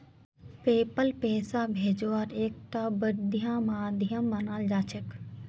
PayPal पैसा भेजवार एकता बढ़िया माध्यम मानाल जा छेक